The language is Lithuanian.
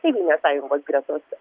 tėvynės sąjungos gretose